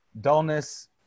dullness